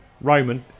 Roman